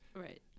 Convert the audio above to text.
Right